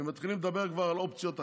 ומתחילים כבר לדבר על אופציות אחרות.